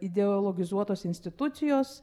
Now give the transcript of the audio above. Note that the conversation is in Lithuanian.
ideologizuotos institucijos